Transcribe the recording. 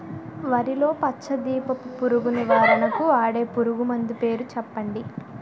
వరిలో పచ్చ దీపపు పురుగు నివారణకు వాడే పురుగుమందు పేరు చెప్పండి?